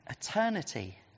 eternity